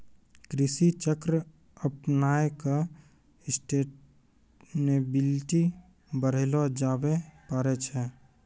कृषि चक्र अपनाय क सस्टेनेबिलिटी बढ़ैलो जाबे पारै छै